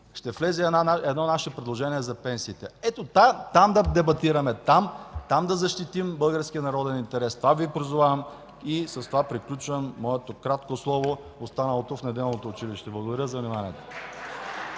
ще влезе едно наше предложение за пенсиите. Ето, там да дебатираме, там да защитим българския народен интерес. Това Ви призовавам и с това приключва моето кратко слово, останалото – в Неделното училище. Благодаря за вниманието.